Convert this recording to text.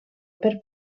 per